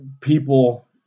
people